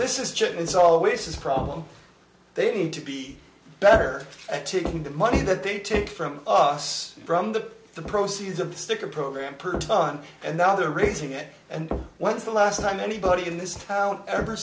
this is just it's always his problem they need to be better at taking the money that they take from us from the the proceeds of the sticker program per ton and now they're raising it and when's the last time anybody in this town ever